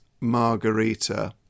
margarita